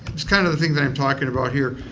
it's kind of thing that i'm talking about here.